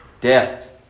Death